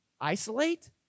isolate